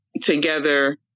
together